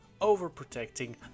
over-protecting